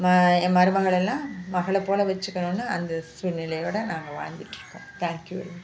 ம என் மருமகளை எல்லாம் மகளைப்போல வச்சுக்கணுனு அந்த சூழ்நிலையோட நாங்கள் வாழ்ந்துகிட்டு இருக்கோம் தேங்க் யூ வெரிமச்